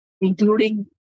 including